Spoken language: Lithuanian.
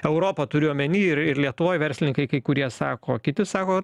europą turiu omeny ir ir lietuvoj verslininkai kai kurie sako kiti sako